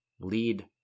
lead